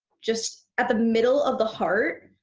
just at the middle of the heart,